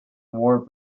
war